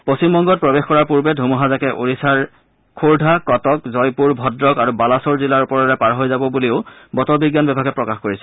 পশ্চিমবংগত প্ৰৱেশ কৰাৰ পূৰ্বে ধুমুহাজাকে ওড়িশাৰ খোৰধা কটক জয়পুৰ ভদ্ৰক আৰু বালাছৰ জিলাৰ ওপৰেৰে পাৰ হৈ যাব বুলিও বতৰ বিজ্ঞান বিভাগে প্ৰকাশ কৰিছে